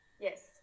Yes